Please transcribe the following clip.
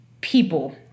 people